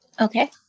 Okay